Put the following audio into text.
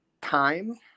time